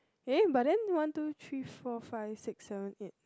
eh but then one two three four five six seven eight nine ten